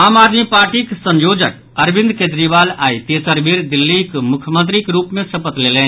आम आदमी पार्टीक संयोजक अरविन्द केजरीवाल आइ तेसर बेर दिल्लीक मुख्यमंत्रीक रूप मे शपथ लेलनि